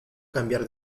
cambiar